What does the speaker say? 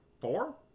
Four